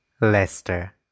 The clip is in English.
Leicester